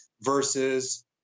versus